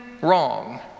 wrong